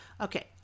Okay